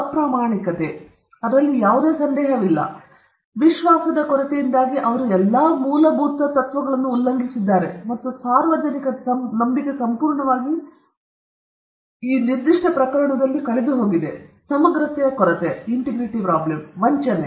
ಅಪ್ರಾಮಾಣಿಕತೆ ಅದರಲ್ಲಿ ಯಾವುದೇ ಸಂದೇಹವಿಲ್ಲ ವಿಶ್ವಾಸದ ಕೊರತೆಯಿಂದಾಗಿ ಅವರು ಎಲ್ಲ ಮೂಲಭೂತ ತತ್ವಗಳನ್ನು ಉಲ್ಲಂಘಿಸಿದ್ದಾರೆ ಮತ್ತು ಸಾರ್ವಜನಿಕ ನಂಬಿಕೆ ಸಂಪೂರ್ಣವಾಗಿ ಈ ನಿರ್ದಿಷ್ಟ ಪ್ರಕರಣದಲ್ಲಿ ಕಳೆದುಹೋಗಿದೆ ಸಮಗ್ರತೆಯ ಕೊರತೆ ವಂಚನೆ